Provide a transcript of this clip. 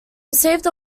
received